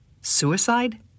Suicide